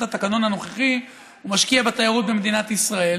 התקנון הנוכחי הוא משקיע בתיירות במדינת ישראל,